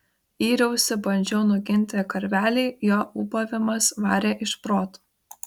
yriausi bandžiau nuginti karvelį jo ūbavimas varė iš proto